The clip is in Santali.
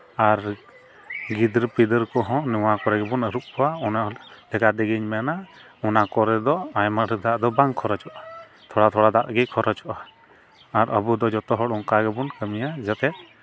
ᱟᱨ ᱜᱤᱫᱟᱹᱨᱼᱯᱤᱫᱟᱹᱨ ᱠᱚᱦᱚᱸ ᱱᱚᱣᱟ ᱠᱚᱨᱮ ᱜᱮᱵᱚᱱ ᱟᱹᱨᱩᱵ ᱠᱚᱣᱟ ᱚᱱᱟ ᱞᱮᱠᱟ ᱛᱮᱜᱮᱧ ᱢᱮᱱᱟ ᱚᱱᱟ ᱠᱚᱨᱮ ᱫᱚ ᱟᱭᱢᱟ ᱰᱷᱮᱨ ᱫᱟᱜ ᱫᱚ ᱵᱟᱝ ᱠᱷᱚᱨᱚᱪᱚᱜᱼᱟ ᱛᱷᱚᱲᱟ ᱛᱷᱚᱲᱟ ᱫᱟᱜ ᱜᱮ ᱠᱷᱚᱨᱚᱪᱚᱜᱼᱟ ᱟᱨ ᱟᱵᱚ ᱫᱚ ᱡᱚᱛᱚᱦᱚᱲ ᱚᱱᱠᱟ ᱜᱮᱵᱚᱱ ᱠᱟᱹᱢᱤᱭᱟ ᱡᱟᱛᱮ